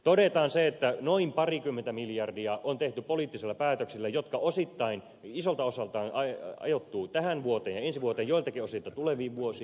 todetaan se että noin parikymmentä miljardia on tehty poliittisilla päätöksillä jotka isolta osaltaan ajoittuvat tähän vuoteen ja ensi vuoteen joiltakin osilta tuleviin vuosiin